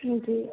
ਹਾਂਜੀ